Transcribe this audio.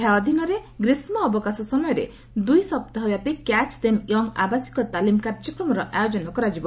ଏହା ଅଧୀନରେ ଗ୍ରୀଷ୍ମ ଅବକାଶ ସମୟରେ ଦୁଇ ସପ୍ତାହ ବ୍ୟାପୀ 'କ୍ୟାଚ୍ ଦେମ୍ ୟଙ୍ଗ' ଆବାସିକ ତାଲିମ କାର୍ଯ୍ୟକ୍ରମର ଆୟୋଜନ କରାଯିବ